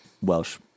welsh